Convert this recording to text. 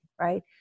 right